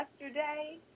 yesterday